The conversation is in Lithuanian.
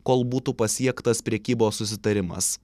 kol būtų pasiektas prekybos susitarimas